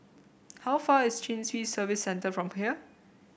how far is Chin Swee Service Centre from here